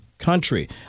country